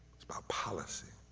it's about policy.